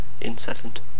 incessant